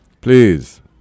please